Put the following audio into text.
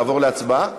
לעבור להצבעה?